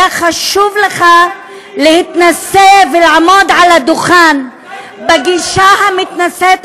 היה חשוב לך להתנשא ולעמוד על הדוכן בגישה המתנשאת,